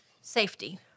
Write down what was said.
Safety